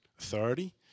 authority